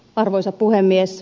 arvoisa puhemies